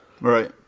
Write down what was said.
Right